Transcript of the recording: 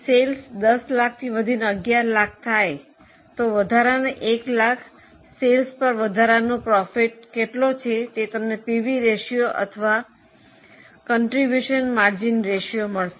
વેચાણ 10 લાખથી વધીને 11 લાખ થાય તો વધારાના 1 લાખ વેચાણ પર વધારાનો નફો કેટલો છે તે તમને પીવી રેશિયો અથવા ફાળો ગાળો રેશિયોથી મળશે